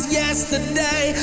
yesterday